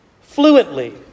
fluently